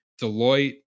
Deloitte